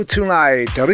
Tonight